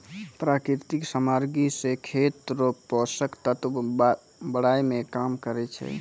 प्राकृतिक समाग्री से खेत रो पोसक तत्व बड़ाय मे काम करै छै